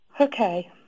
okay